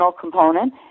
component